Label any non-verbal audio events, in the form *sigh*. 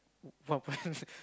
one point *laughs*